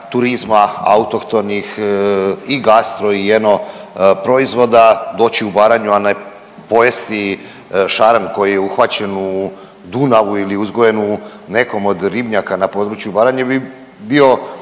turizma autohtonih i gastro i eno proizvoda, doći u Baranju, a ne pojesti šaran koji je uhvaćen u Dunavu ili uzgojen u nekom od ribnjaka na području Baranje bi bio,